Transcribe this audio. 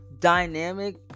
dynamic